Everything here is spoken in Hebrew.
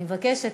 אני מבקשת,